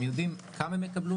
הם יודעים כמה הם יקבלו,